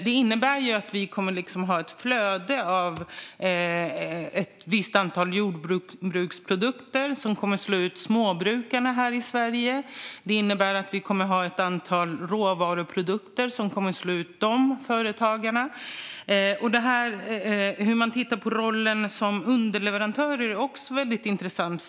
Det innebär ju att vi kommer att ha ett flöde av en viss mängd jordbruksprodukter och andra råvaruprodukter, vilket leder till att småbrukare och andra företagare här i Sverige slås ut. Hur man tittar på rollen som underleverantör är också väldigt intressant.